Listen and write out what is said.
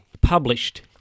published